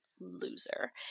loser